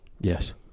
Yes